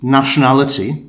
nationality